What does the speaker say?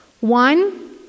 One